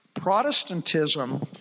Protestantism